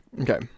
Okay